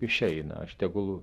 išeina aš tegul